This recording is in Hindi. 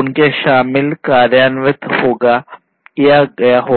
उनमें शामिल कार्यान्वित किया गया होगा